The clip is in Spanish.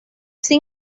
sin